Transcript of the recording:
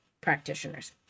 practitioners